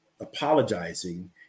apologizing